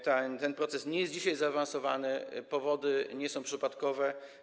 Ten proces nie jest dzisiaj zaawansowany, powody nie są przypadkowe.